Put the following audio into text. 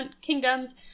kingdoms